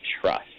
trust